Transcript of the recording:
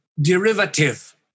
derivative